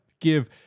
give